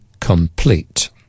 complete